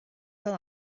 fel